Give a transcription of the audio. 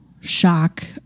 shock